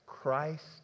Christ